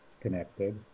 connected